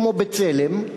כמו "בצלם",